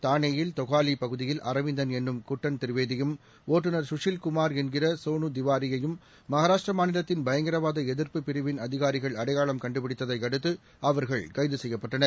தாளேயில் தொகாலிபகுதியில் அரவிந்தன் என்னும் குட்டன் திரிவேதியும் ஒட்டுநர் சுஷில்குமார் என்கிறசோனுதிவாரியும் மகாராஷ்ட்ராமாநிலத்தின் பயங்கரவாதஎதிர்ப்பு பிரிவின் அதிகாரிகளஅடையாளம் கண்டுபிடித்ததையடுத்துஅவர்கள் கைதுசெய்யப்பட்டனர்